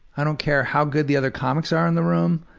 i don't care how good the other comics are in the room,